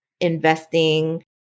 investing